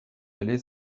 allé